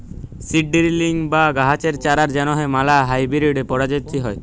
seed drilling বা গাহাচের চারার জ্যনহে ম্যালা হাইবিরিড পরজাতি হ্যয়